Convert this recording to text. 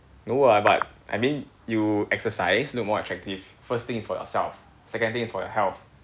no ah but I mean you exercise look more attractive first thing is for yourself second thing is for your health